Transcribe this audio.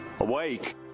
Awake